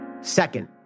Second